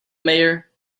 mayor